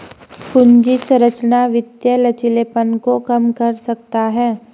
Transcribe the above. पूंजी संरचना वित्तीय लचीलेपन को कम कर सकता है